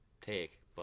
take